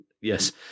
Yes